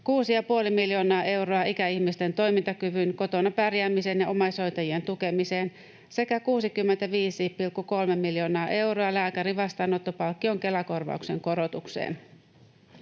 6,5 miljoonaa euroa ikäihmisten toimintakykyyn, kotona pärjäämiseen ja omais-hoitajien tukemiseen sekä 65,3 miljoonaa euroa lääkärin vastaanottopalkkion Kela-korvauksen korotukseen.